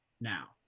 now